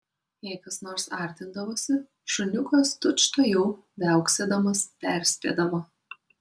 jei kas nors artindavosi šuniukas tučtuojau viauksėdamas perspėdavo